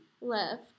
left